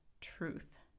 truth